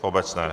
V obecné.